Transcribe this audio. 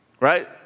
Right